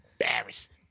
embarrassing